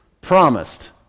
promised